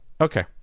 Okay